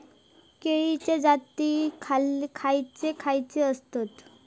केळीचे जाती खयचे खयचे आसत?